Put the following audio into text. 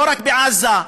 לא רק בעזה,